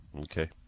Okay